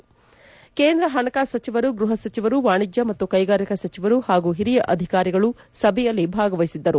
ಸಭೆಯಲ್ಲಿ ಕೇಂದ್ರ ಹಣಕಾಸು ಸಚಿವರು ಗೃಹ ಸಚಿವರು ವಾಣಿಜ್ಯ ಮತ್ತು ಕೈಗಾರಿಕಾ ಸಚಿವರು ಹಾಗೂ ಹಿರಿಯ ಅಧಿಕಾರಿಗಳು ಭಾಗವಹಿಸಿದ್ದರು